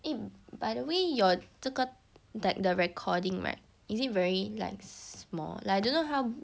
eh by the way your 这个 that the recording [right] is it very like small like I don't know how